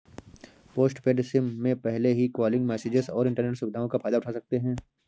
postpaid sim में पहले ही कॉलिंग, मैसेजस और इन्टरनेट सुविधाओं का फायदा उठा सकते हैं